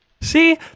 See